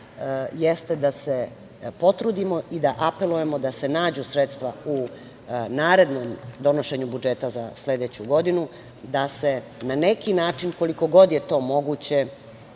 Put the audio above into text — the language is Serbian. jeste da se potrudimo i da apelujemo da se nađu sredstva u narednom donošenju budžeta za sledeću godinu, da se na neki način, koliko god je to moguće,